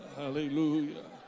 hallelujah